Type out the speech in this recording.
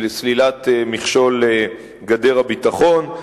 סלילת מכשול גדר הביטחון,